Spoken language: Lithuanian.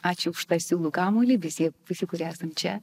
ačiū už tą siūlų kamuolį visi visi kurie esam čia